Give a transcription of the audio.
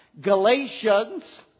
Galatians